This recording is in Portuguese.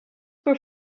por